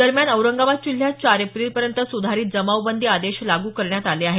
दरम्यान औरंगाबाद जिल्ह्यात चार एप्रिलपर्यंत सुधारित जमावबंदी आदेश लागू करण्यात आले आहेत